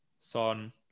Son